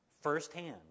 firsthand